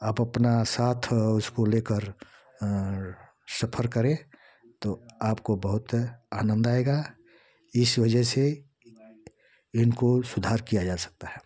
आप अपना साथ उसको लेकर और सफर करे तो आपको बहुत आनंद आएगा इस वजह से इनको सुधार किया जा सकता है